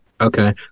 Okay